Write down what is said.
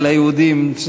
של היהודים,